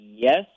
Yes